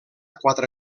quatre